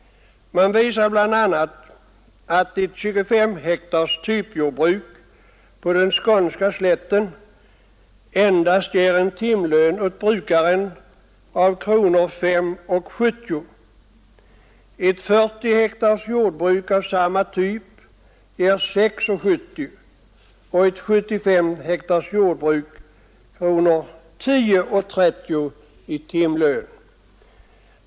Man visar bl.a. att ett 25 hektars typjordbruk på skånska slätten ger en timlön åt brukaren av endast kronor 5:70. Ett 40 hektars jordbruk av samma typ ger kronor 6:70 och ett 75 hektars jordbruk kronor 10:30 i timlön.